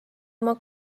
oma